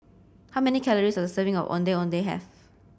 how many calories does a serving of Ondeh Ondeh have